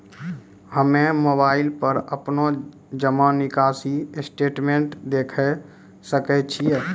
हम्मय मोबाइल पर अपनो जमा निकासी स्टेटमेंट देखय सकय छियै?